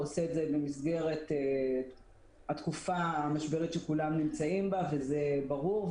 הוא עושה את זה במסגרת התקופה המשברית שכולם נמצאים בה וזה ברור,